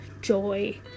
joy